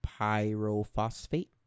pyrophosphate